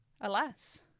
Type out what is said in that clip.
Alas